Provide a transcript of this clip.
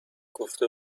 گفته